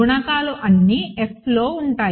గుణకాలు అన్నీ Fలో ఉంటాయి